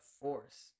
force